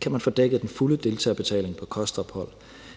kan man få dækket den fulde deltagerbetaling på kostophold,